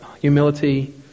Humility